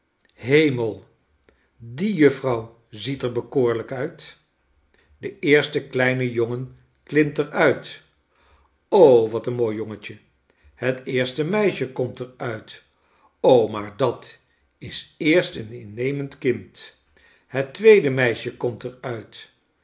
hemel die juffrouw ziet er bekoorlijk uit de eerste kleine jongen klimt er uit wat een mooi jongetje het eerste meisje komt er uit maar dat is eerst een innemend kind het tweede meisje komt er uit